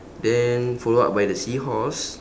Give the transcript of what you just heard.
then follow up by the seahorse